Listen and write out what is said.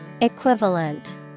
Equivalent